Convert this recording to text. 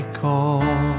call